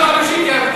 בגללכם השתחררו מחבלים.